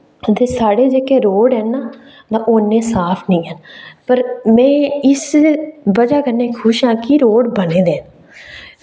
ते साढ़े जेह्के रोड़ हैन ना ना ओह् इन्ने साफ निं हैन पर में इस वजह् कन्नै खुश आं कि रोड़ बने दे न